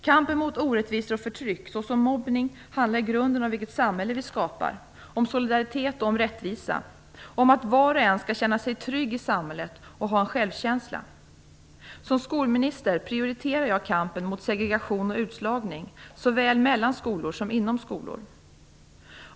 Kampen mot orättvisor och förtryck, såsom mobbning, handlar i grunden om vilket samhälle vi skapar - om solidaritet och om rättvisa, om att var och en skall känna sig trygg i samhället och ha självkänsla. Som skolminister prioriterar jag kampen mot segregation och utslagning, såväl mellan skolor som inom skolor.